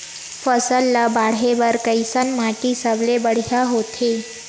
फसल ला बाढ़े बर कैसन माटी सबले बढ़िया होथे?